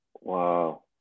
Wow